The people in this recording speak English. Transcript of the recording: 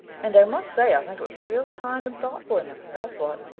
and i must say i think it was real kind and thoughtful in him, that's what.